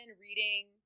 reading